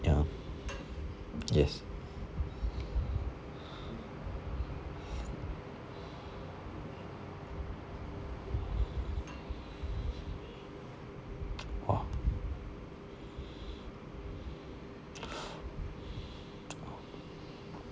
ya yes ah